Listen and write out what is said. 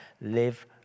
live